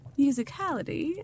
musicality